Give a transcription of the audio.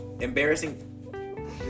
Embarrassing